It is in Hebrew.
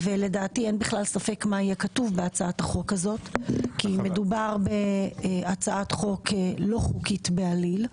לדעתי אין בכלל ספק מה יהיה כתוב בה כי מדובר בהצעת חוק לא חוקית בעליל.